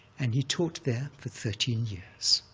and he taught there for thirteen years,